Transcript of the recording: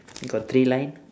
got three line